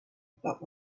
but